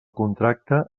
contracte